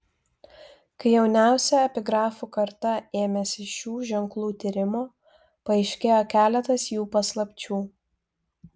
kai jauniausia epigrafų karta ėmėsi šių ženklų tyrimo paaiškėjo keletas jų paslapčių